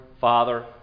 Father